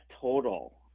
total